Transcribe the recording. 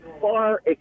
far